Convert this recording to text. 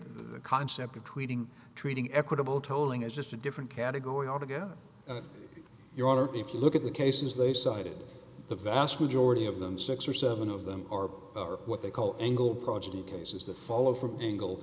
the concept of tweeting treating equitable tolling as just a different category altogether your honor if you look at the cases they cited the vast majority of them six or seven of them are what they call engle progeny cases that follow from angle